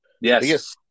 yes